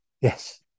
Yes